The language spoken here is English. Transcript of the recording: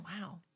wow